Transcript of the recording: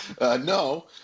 No